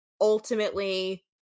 ultimately